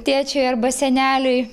tėčiui arba seneliui